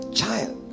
child